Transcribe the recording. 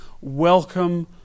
welcome